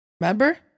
Remember